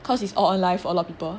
cause it's all online a lot people